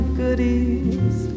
goodies